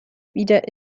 wieder